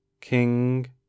king